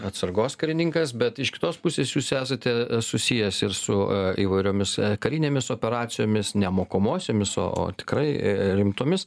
atsargos karininkas bet iš kitos pusės jūs esate susijęs ir su įvairiomis karinėmis operacijomis ne mokomosiomis o tikrai rimtomis